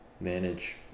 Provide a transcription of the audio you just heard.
manage